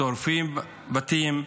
שורפים בתים,